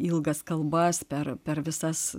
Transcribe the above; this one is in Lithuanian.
ilgas kalbas per per visas